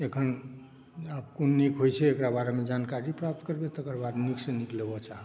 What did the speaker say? अखन आब क़ोन नीक होइ छै एक़रा बारेमे जानकारी प्राप्त करबै तकर बाद नीकसॅं नीक लेबऽ चाहब